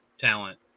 talent